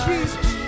Jesus